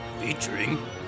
Featuring